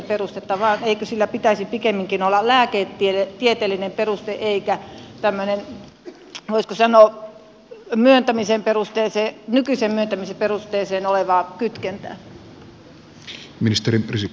eikö sillä pitäisi pikemminkin olla lääketieteellinen peruste eikä tämmöistä voisiko sanoa nykyiseen myöntämisen perusteeseen olevaa kytkentää